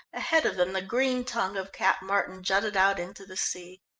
ahead of them the green tongue of cap martin jutted out into the sea.